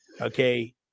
Okay